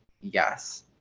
yes